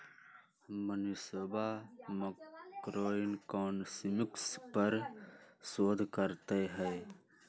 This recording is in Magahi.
मनीषवा मैक्रोइकॉनॉमिक्स पर शोध करते हई